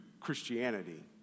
Christianity